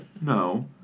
no